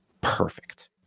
perfect